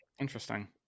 interesting